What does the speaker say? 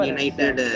United